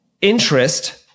interest